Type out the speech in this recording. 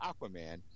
Aquaman